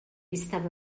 estava